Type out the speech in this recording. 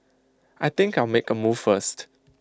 I think I'll make A move first